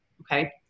Okay